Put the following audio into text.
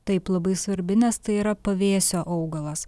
taip labai svarbi nes tai yra pavėsio augalas